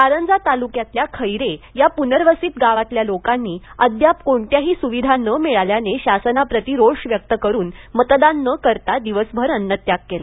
कारंजा तालुक्यातल्या खैरे या पूनर्वसित गावातल्या लोकांनी अद्याप कोणत्याही सुविधा न मिळाल्याने शासनाप्रती रोष व्यक्त करून मतदान न करता दिवसभर अन्नत्याग केला